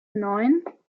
neun